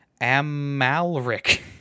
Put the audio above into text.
Amalric